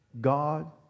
God